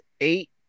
eight